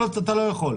אתה לא יכול.